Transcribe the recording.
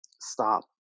stop